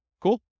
Cool